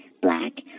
black